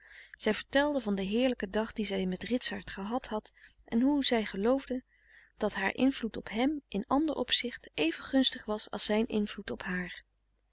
zij vertelde van den heerlijken dag dien zij met ritsaart gehad had en hoe zij geloofde dat haar invloed frederik van eeden van de koele meren des doods op hem in ander opzicht even gunstig was als zijn invloed op haar